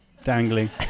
dangling